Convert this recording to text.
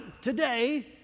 today